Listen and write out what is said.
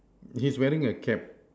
he's wearing a cap